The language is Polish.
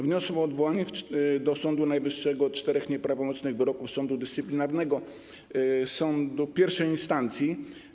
Wniosła także odwołania do Sądu Najwyższego od czterech nieprawomocnych wyroków sądu dyscyplinarnego, sądu pierwszej instancji.